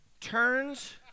turns